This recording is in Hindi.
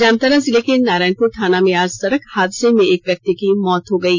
जामताड़ा जिले के नारायणपुर थाना में आज सड़क हादसे में एक व्यक्ति की मौत हो गयी